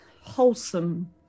wholesome